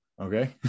Okay